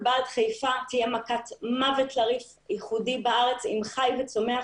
בה"ד חיפה תהיה מכת מוות בארץ עם חי וצומח